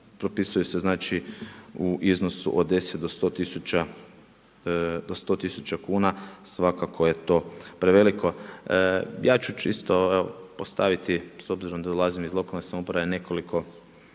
propisuju se znači u iznosu od 10 do 100 tisuća kuna svakako je to preveliko. Ja ću čisto evo postaviti, s obzirom da dolazim iz lokalne samouprave nekoliko